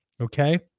Okay